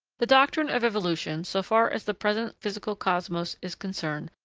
the doctrine of evolution, so far as the present physical cosmos is concerned,